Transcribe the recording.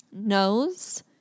knows